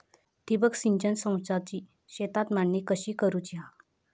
ठिबक सिंचन संचाची शेतात मांडणी कशी करुची हा?